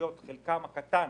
שחלקם הקטן